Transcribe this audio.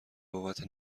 بابت